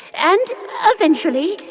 and eventually,